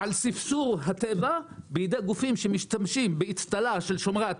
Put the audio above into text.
על ספסור הטבע בידי גופים שמשתמשים באצטלה של שומרי הטבע.